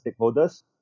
stakeholders